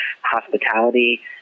hospitality